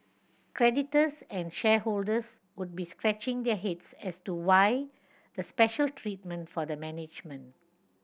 creditors and shareholders would be scratching their heads as to why the special treatment for the management